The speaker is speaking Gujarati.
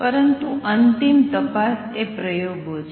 પરંતુ અંતિમ તપાસ એ પ્રયોગો છે